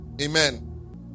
Amen